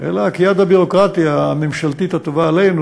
אלא כיד הביורוקרטיה הממשלתית הטובה עלינו.